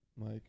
Mike